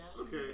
Okay